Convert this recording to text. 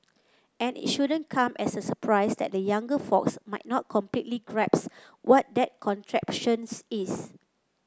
and it shouldn't come as a surprise that the younger folks might not completely grasp what that contraptions is